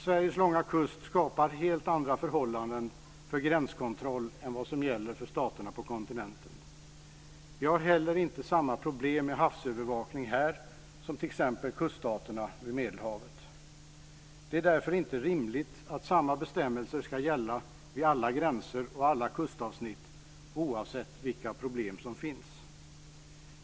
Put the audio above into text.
Sveriges långa kust skapar helt andra förhållanden för gränskontroll än vad som gäller för staterna på kontinenten. Vi har heller inte samma problem med havsövervakning här som t.ex. kuststaterna vid Medelhavet. Det är därför inte rimligt att samma bestämmelser ska gälla vid alla gränser och kustavsnitt oavsett vilka problem som finns.